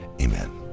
Amen